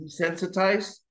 desensitized